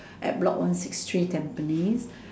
at block one six three Tampines